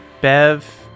Bev